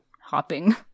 hopping